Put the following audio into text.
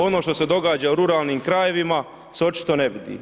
Ono što se događa u ruralnim krajevima se očito ne vidi.